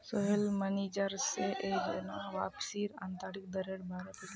Sohail manager से ई योजनात वापसीर आंतरिक दरेर बारे पुछले